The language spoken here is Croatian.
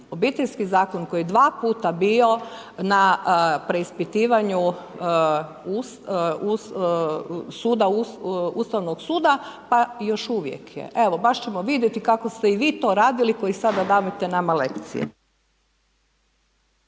Obiteljski zakon koji je 2 puta bio na preispitivanju Ustavnog suda, pa još uvijek je, evo baš ćemo vidjeti kako ste i vi to radili koji sada davate nama lekcije.